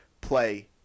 play